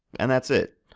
and that's it.